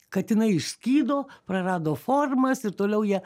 katinai išskydo prarado formas ir toliau jie